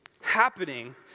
happening